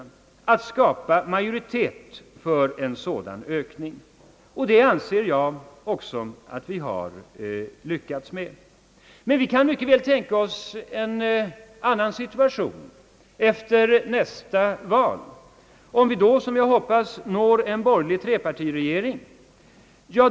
Vi måste söka skapa majoritet för en sådan utvidgning av hjälpinsatserna — och det anser jag också att vi har lyckats med. Men vi kan mycket väl tänka oss en annan situation efter nästa val, om vi då, som jag hoppas, kan bilda en borgerlig trepartiregering.